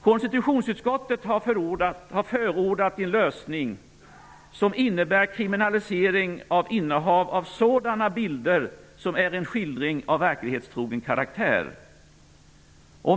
Konstitutionsutskottet har förordat en lösning som innebär kriminalisering av innehav av sådana bilder som är en skildring av verklighetstrogen karaktär.